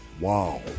Wow